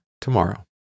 tomorrow